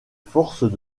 forces